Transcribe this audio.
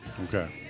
Okay